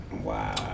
Wow